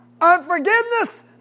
Unforgiveness